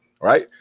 right